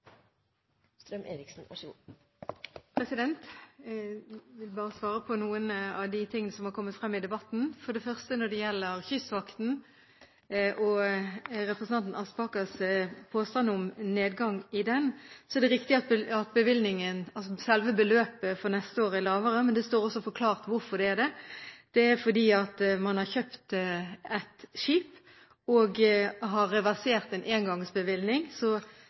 vil bare svare på noen av de tingene som har kommet frem i debatten. For det første: Når det gjelder Kystvakten og representanten Aspakers påstand om nedgang i den sammenheng, er det riktig at bevilgningen, altså selve beløpet, for neste år er lavere, men det står også forklart hvorfor det er det. Det er fordi man har kjøpt et skip og reversert en engangsbevilgning, så